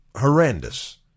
horrendous